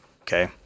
okay